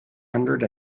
hundred